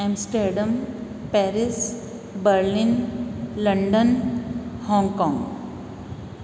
Amsterdam Paris Berlin London Hong Kong